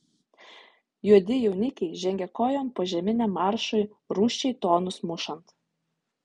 juodi jaunikiai žengia kojon požeminiam maršui rūsčiai tonus mušant